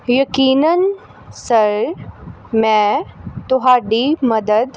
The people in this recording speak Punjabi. ਯਕੀਨਨ ਸਰ ਮੈਂ ਤੁਹਾਡੀ ਮਦਦ